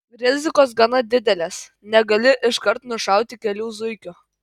rizikos gana didelės negali iškart nušauti kelių zuikių